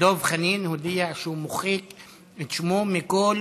דב חנין הודיע שהוא מוחק את שמו מכל